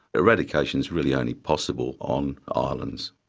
eradication is really only possible on ah islands.